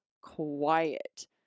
quiet